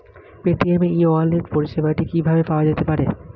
Paytm e wallet পরিষেবাটি কিভাবে পাওয়া যেতে পারে?